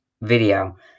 video